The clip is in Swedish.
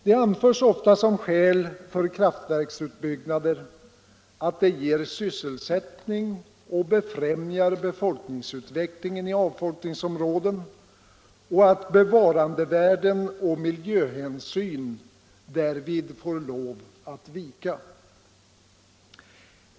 Det anförs ofta som skäl för kraftverksutbyggnader att de ger sysselsättning och befrämjar befolkningsutvecklingen i avfolkningsområden samt att bevarandevärden och miljöhänsyn därvid får lov att vika.